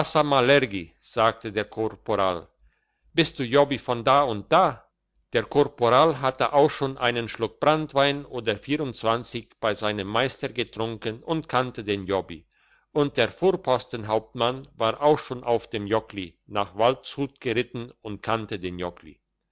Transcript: sagte der korporal bist du jobbi von da und da der korporal hatte auch schon einen schluck branntwein oder vierundzwanzig bei seinem meister getrunken und kannte den jobbi und der vorpostenhauptmann war auch schon auf dem jockli nach waldshut geritten und kannte den jockli